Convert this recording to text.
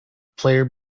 player